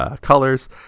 colors